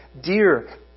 dear